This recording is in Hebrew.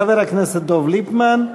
חבר הכנסת דב ליפמן,